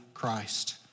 Christ